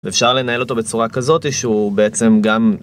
ואפשר לנהל אותו בצורה כזאת, שהוא בעצם גם...